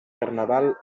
carnaval